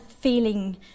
feeling